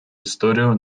историю